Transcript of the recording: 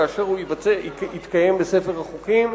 כאשר הוא יתקיים בספר החוקים,